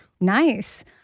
Nice